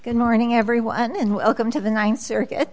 good morning everyone and welcome to the th circuit